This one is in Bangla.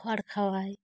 খড় খাওয়াই